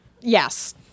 Yes